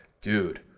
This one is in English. dude